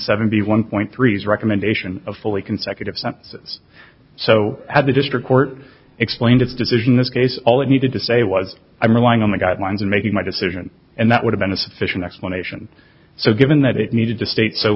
seventy one point three zero commendation of fully consecutive sentences so had the district court explained its decision this case all it needed to say was i'm relying on the guidelines in making my decision and that would have been a sufficient explanation so given that it needed to state so